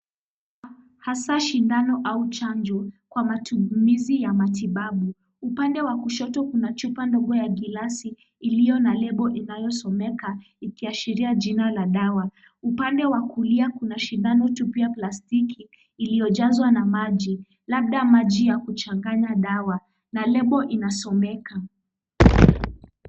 Hasa shindano au chanjo kwa matumizi ya matibabu. Upande wa kushoto kuna chupa ndogo ya gilasi ilio na lebo inayosomeka ikiiashiria jina la dawa. Upande wa kulia kuna shindano, chupa ya plastiki iliojazwa na maji labda maji ya kuchanganya dawa. Lebo inasomeka.